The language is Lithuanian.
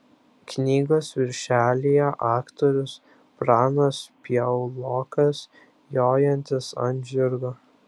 knygos viršelyje aktorius pranas piaulokas jojantis ant žirgo